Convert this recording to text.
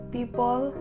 People